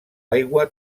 aigua